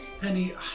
Penny